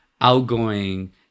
outgoing